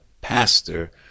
pastor